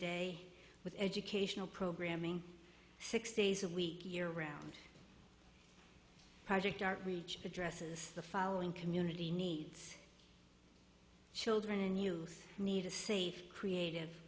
day with educational programming six days a week year round project our reach addresses the following community needs children and you need a safe creative